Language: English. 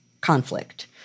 conflict